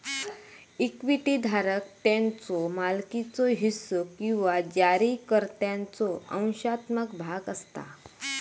equity धारक त्याच्यो मालकीचो हिस्सो किंवा जारीकर्त्याचो अंशात्मक भाग असता